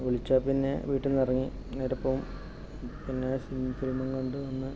വിളിച്ചാൽ പിന്നെ വീട്ടിൽ നിന്ന് ഇറങ്ങി നേരെ പോകും പിന്നെ സി ഫിലിമും കണ്ടുവന്ന്